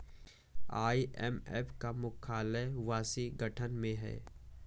IMF का मुख्यालय Washington में है